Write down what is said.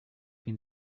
been